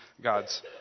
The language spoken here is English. God's